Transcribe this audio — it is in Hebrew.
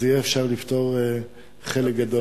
יהיה אפשר לפתור חלק גדול מהבעיה.